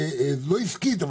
אולי לא עסקית,